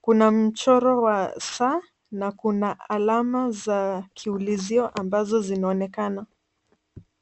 Kuna mchoro wa saa na kuna alama za kiulizio ambazo zinaonekana.